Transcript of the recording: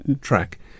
track